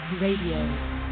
Radio